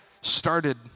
started